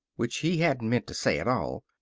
which he hadn't meant to say at all.